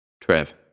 Trev